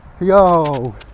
Yo